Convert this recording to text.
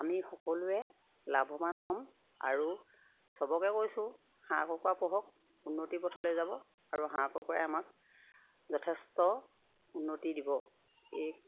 আমি সকলোৱে লাভৱান হ'ম আৰু চবকে কৈছোঁ হাঁহ কুকুৰা পোহক উন্নতি পথলে যাব আৰু হাঁহ কুকুৰাই আমাক যথেষ্ট উন্নতি দিব এই